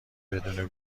بدون